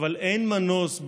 אבל אין מנוס,